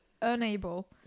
unable